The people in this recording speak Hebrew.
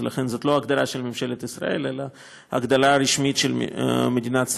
לכן זאת לא הגדרה של ממשלת ישראל אלא ההגדרה הרשמית של מדינת ישראל,